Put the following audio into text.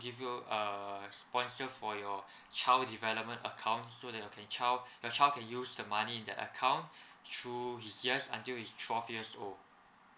give you a sponsor for your child development account so that it can child the child can use the money in that account throughout the years until he's twelve years old